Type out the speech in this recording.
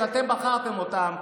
שאתם בחרתם אותם,